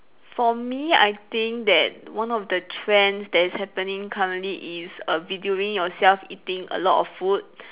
for me I think that one of the trends that is happening currently is err videoing yourself eating a lot of food